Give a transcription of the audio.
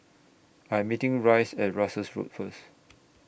I Am meeting Rice At Russels Road First